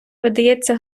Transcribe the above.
видається